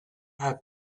have